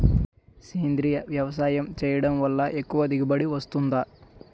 సేంద్రీయ వ్యవసాయం చేయడం వల్ల ఎక్కువ దిగుబడి వస్తుందా?